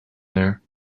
there